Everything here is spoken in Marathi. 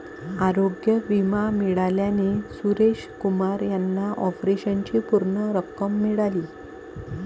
आरोग्य विमा मिळाल्याने सुरेश कुमार यांना ऑपरेशनची पूर्ण रक्कम मिळाली